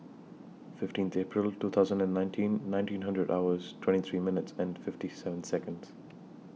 fifteenth April two thousand and nineteen ninety hundred hours twenty three minutes and fifty seven Seconds